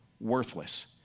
worthless